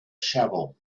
shovel